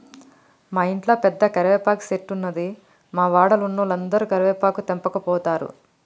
మా ఇంట్ల పెద్ద కరివేపాకు చెట్టున్నది, మా వాడల ఉన్నోలందరు కరివేపాకు తెంపకపోతారు